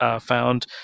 found